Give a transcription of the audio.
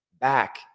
back